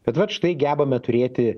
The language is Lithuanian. bet vat štai gebame turėti